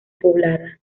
poblada